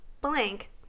blank